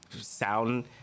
sound